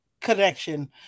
connection